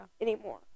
Anymore